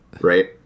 right